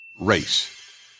Race